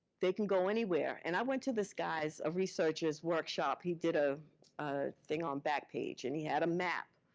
they can go anywhere. and i went to this guy's, a researcher's workshop. he did a thing on back page, and he had a map.